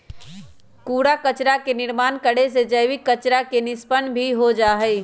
कूड़ा कचरा के निर्माण करे से जैविक कचरा के निष्पन्न भी हो जाहई